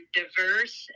diverse